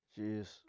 Jeez